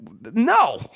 No